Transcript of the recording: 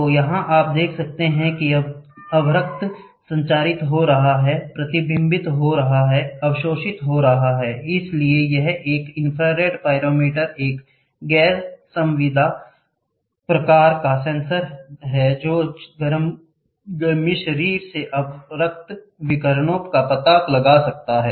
तो यहाँ आप देख सकते हैं कि अवरक्त संचारित हो रहा है प्रतिबिंबित हो रहा है अवशोषित हो रहा है इसलिए यह एक इन्फ्रारेड पाइरोमीटर एक गैर संविदा प्रकार का सेंसर है जो गर्मी शरीर से अवरक्त विकिरण का पता लगा सकता है